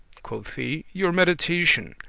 quoth he, your meditatioun,